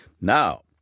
now